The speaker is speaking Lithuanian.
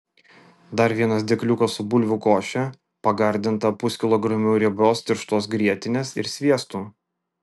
dar vienas dėkliukas su bulvių koše pagardinta puskilogramiu riebios tirštos grietinės ir sviestu